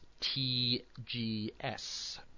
TGS